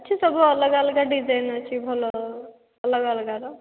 ଅଛି ଅଲଗା ଅଲଗା ଡିଜାଇନ ଅଛି ଭଲ ଅଲଗା ଅଲଗାର